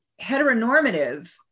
heteronormative